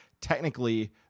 technically